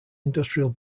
industrial